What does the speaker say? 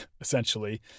essentially